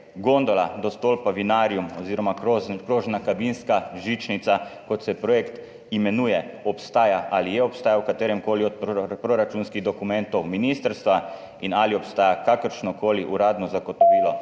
gondola do stolpa Vinarium oziroma krožna kabinska žičnica, kot se projekt imenuje, obstaja ali je obstajal v kateremkoli od proračunskih dokumentov ministrstva? Ali obstaja kakršnokoli uradno zagotovilo,